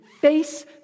face